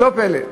לא פלא.